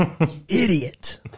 Idiot